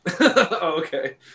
Okay